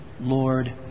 Lord